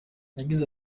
nagize